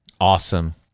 Awesome